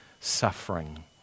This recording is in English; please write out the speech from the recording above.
suffering